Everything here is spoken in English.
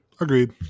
agreed